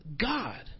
God